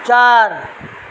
चार